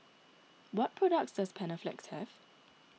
what products does Panaflex have